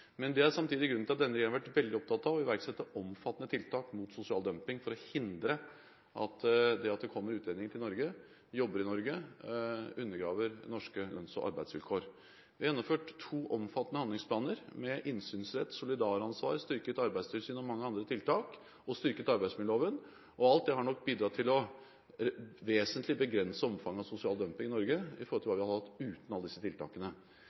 Det er samtidig grunnen til at denne regjeringen har vært veldig opptatt av å iverksette omfattende tiltak mot sosial dumping: å hindre at det kommer utlendinger og jobber i Norge, undergraver norske lønns- og arbeidsvilkår. Vi har gjennomført to omfattende handlingsplaner med innsynsrett, solidaransvar, styrket arbeidstilsyn og mange andre tiltak og styrket arbeidsmiljøloven, og alt det har nok bidratt til å begrense omfanget av sosial dumping i Norge vesentlig i forhold til hva vi hadde hatt uten alle disse tiltakene.